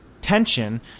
tension